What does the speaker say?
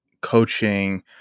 coaching